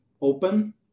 open